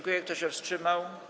Kto się wstrzymał?